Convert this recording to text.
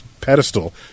pedestal